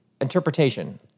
interpretation